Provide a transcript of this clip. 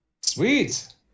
Sweet